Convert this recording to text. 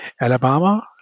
Alabama